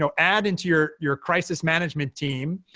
so add, into your your crisis management team,